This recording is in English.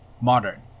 Modern